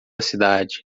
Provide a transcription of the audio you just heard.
cidade